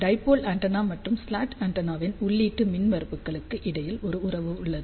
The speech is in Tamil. டைபோல் ஆண்டெனா மற்றும் ஸ்லாட் ஆண்டெனாவின் உள்ளீட்டு மின்மறுப்புகளுக்கு இடையில் ஒரு உறவு உள்ளது